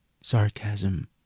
sarcasm